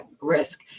risk